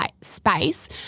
space